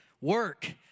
work